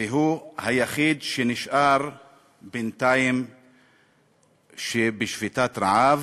והוא היחיד שנשאר בינתיים בשביתת רעב.